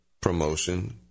promotion